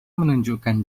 menunjukkan